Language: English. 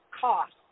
cost